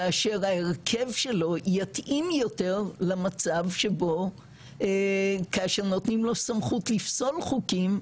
כאשר ההרכב שלו יתאים יותר למצב שבו כאשר נותנים לו סמכות לפסול חוקים,